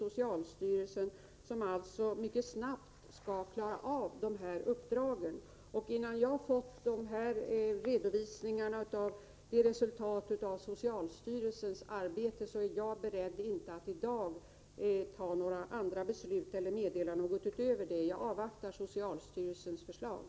Socialstyrelsen skall mycket snabbt klara av detta uppdrag, och innan jag har g 2 Om villkoren för fått en redovisning av resultatet av socialstyrelsens arbete är jag inte beredd erbjudande av att fatta beslut eller meddela något ytterligare. Jag avvaktar som sagt svenska sjukhussocialstyrelsens förslag.